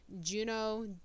Juno